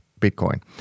Bitcoin